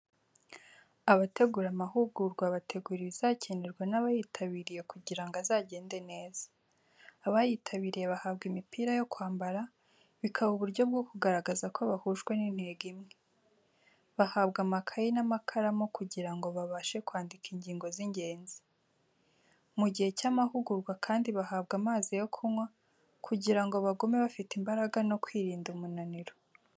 Abategura amahugurwa bategura ibizakenerwa n'abayitabiriye kugira ngo azagende neza. Abayitabiriye bahabwa imipira yo kwambara, bikaba uburyo bwo kugaragaza ko bahujwe n'intego imwe. Bahabwa amakayi n'amakaramu kugira ngo babashe kwandika ingingo z'ingenzi. Mu gihe cy'amahugurwa kandi bahabwa amazi yo kunywa, kugira ngo bagume bafite imbaraga no kwirinda umunaniro.